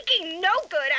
no-good